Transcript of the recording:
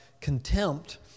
contempt